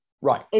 Right